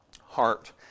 Heart